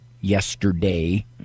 yesterday